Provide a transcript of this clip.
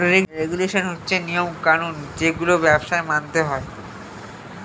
regulation হচ্ছে নিয়ম কানুন যেগুলো ব্যবসায় মানতে হয়